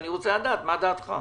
אני רוצה לדעת מה דעתך.